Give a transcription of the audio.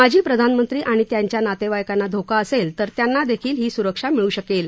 माजी प्रधानमंत्री आणि त्यांच्या नातेवाईकांना धोका असेल तर त्यांना देखील ही सुरक्षा मिळू शकेल